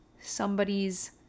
somebody's